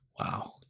Wow